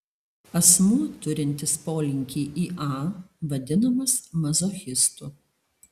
asmuo turintis polinkį į a vadinamas mazochistu